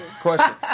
Question